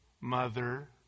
mother